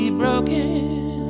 broken